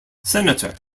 senator